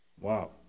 Wow